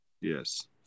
Yes